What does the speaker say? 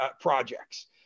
projects